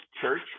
Church